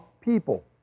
people